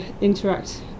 interact